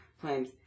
claims